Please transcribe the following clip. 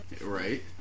Right